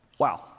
Wow